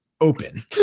open